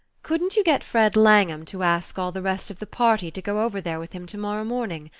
couldn't you get fred langham to ask all the rest of the party to go over there with him to-morrow morning?